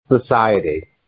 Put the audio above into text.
society